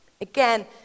Again